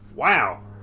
Wow